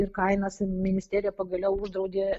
ir kainas ministerija pagaliau uždraudė